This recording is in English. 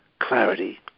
clarity